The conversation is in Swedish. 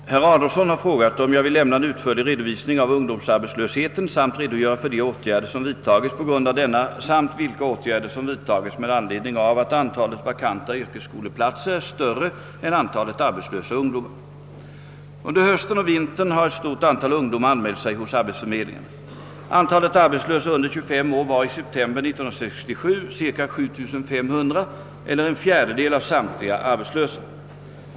Herr talman! Herr Adolfsson har frågat om jag vill lämna en utförlig redovisning av ungdomsarbetslösheten samt redogöra för de åtgärder som vidtagits på grund av denna samt vilka åtgärder som vidtagits med anledning av att antalet vakanta yrkesskoleplatser är större än antalet arbetslösa ungdomar. Under hösten och vintern har ett stort antal ungdomar anmält sig hos arbetsförmedlingarna. Antalet arbetslösa under 25 år var i september 1967 cirka 7500 eller !/+ av samtliga arbetslösa.